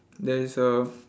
there is a